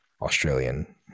Australian